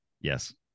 Yes